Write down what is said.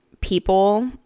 people